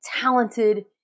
talented